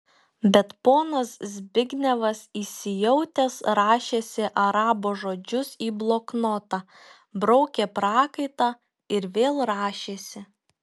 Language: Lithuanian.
bet ponas zbignevas įsijautęs rašėsi arabo žodžius į bloknotą braukė prakaitą ir vėl rašėsi